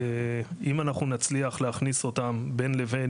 אם אנחנו נצליח להכניס אותם בין לבין,